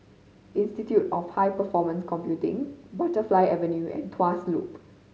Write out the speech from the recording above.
Institute of High Performance Computing Butterfly Avenue and Tuas Loop